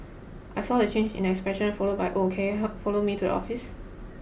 I saw the change in expression followed by oh can you help follow me to office